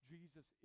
Jesus